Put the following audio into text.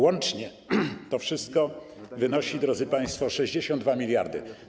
Łącznie to wszystko wynosi, drodzy państwo, 62 mld.